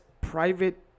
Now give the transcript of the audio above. private